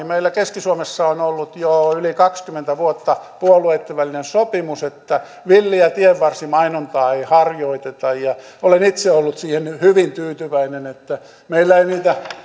meillä keski suomessa on ollut jo yli kaksikymmentä vuotta puolueitten välinen sopimus että villiä tienvarsimainontaa ei harjoiteta olen itse ollut siihen hyvin tyytyväinen että meillä ei niitä